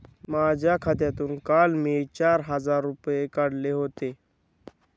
माझ्या खात्यातून काल मी चार हजार रुपये काढले होते